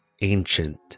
ancient